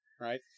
Right